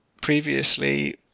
previously